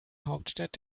hauptstadt